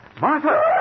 Martha